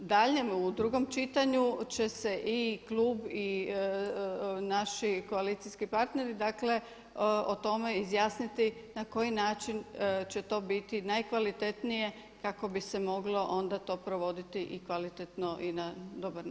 A u daljnje, u drugom čitanju će se i klub i naši koalicijski partneri dakle o tome izjasniti na koji način će to biti najkvalitetnije kako bi se moglo onda to provoditi i kvalitetno i na dobar način.